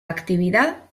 actividad